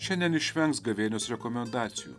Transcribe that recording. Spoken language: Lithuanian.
šiandien išvengs gavėnios rekomendacijų